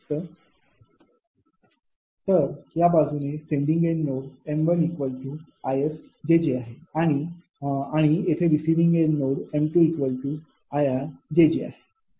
तर या बाजूने सेंडिंग एन्ड नोड m1 𝐼𝑆𝑗𝑗 आहे आणि आणि येथे रिसिविंग एन्ड नोड m2𝐼𝑅𝑗𝑗 आहे